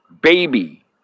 Baby